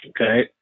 okay